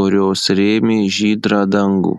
kurios rėmė žydrą dangų